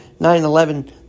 9-11